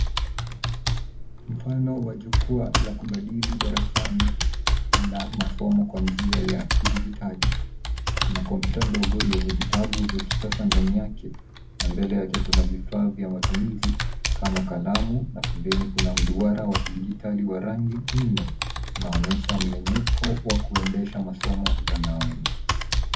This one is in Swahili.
Mfano wa jukwaa la kubadili darasani la masomo kwa njia ya kidijitali. Kuna kompyuta ndogo yenye vitabu vya kisasa ndani yake na mbele yake kuna vifaa vya matumizi kama kalamu, na pembeni kuna mduara wa kidijitali wa rangi nne. Unaonyesha mnyanyuko wa kuendesha masomo mtandaoni.